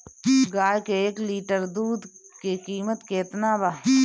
गाए के एक लीटर दूध के कीमत केतना बा?